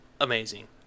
amazing